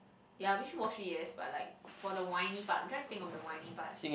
ya wishy washy yes but like for the whiny part I'm trying to think of the whiny part